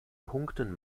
punkten